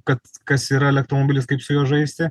kad kas yra elektromobilis kaip su juo žaisti